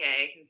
okay